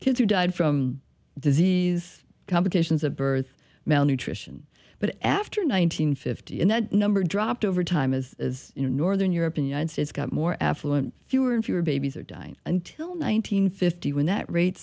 kids who died from disease complications of birth malnutrition but after nine hundred fifty and that number dropped over time as as you know northern europe and united states got more affluent fewer and fewer babies are dying until nine hundred fifty when that rate